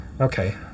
Okay